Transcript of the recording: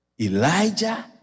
Elijah